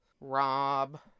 Rob